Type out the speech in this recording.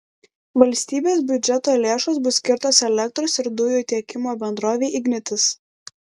valstybės biudžeto lėšos bus skirtos elektros ir dujų tiekimo bendrovei ignitis